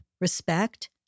respect